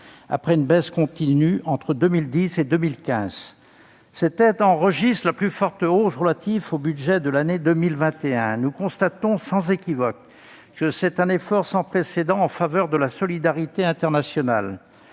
après une baisse continue entre 2010 et 2015. Cette aide enregistre la plus forte hausse relative au budget de l'année 2021. Nous constatons sans équivoque qu'il s'agit d'un effort sans précédent en faveur de la solidarité internationale,